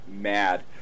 mad